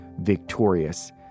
victorious